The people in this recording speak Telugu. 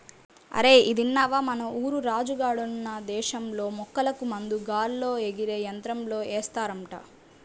అరేయ్ ఇదిన్నవా, మన ఊరు రాజు గాడున్న దేశంలో మొక్కలకు మందు గాల్లో ఎగిరే యంత్రంతో ఏస్తారంట